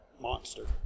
monster